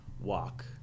walk